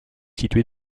situé